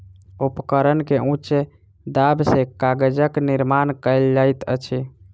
उपकरण के उच्च दाब सॅ कागजक निर्माण कयल जाइत अछि